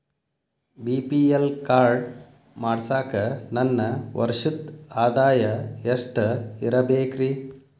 BPL card ಮಾಡ್ಸಾಕ ನನ್ನ ವರ್ಷದ್ ಆದಾಯ ಎಷ್ಟ ಇರಬೇಕ್ರಿ?